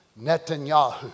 Netanyahu